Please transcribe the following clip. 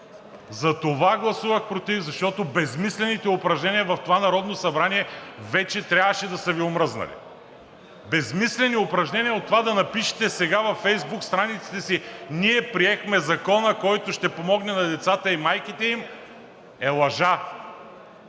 Затова гласувах против, защото безсмислените упражнения в това Народно събрание вече трябваше да са Ви омръзнали. Безсмислени упражнения от това да напишете сега във Фейсбук страниците си: „Ние приехме Закона, който ще помогне на децата и майките им“, е лъжа.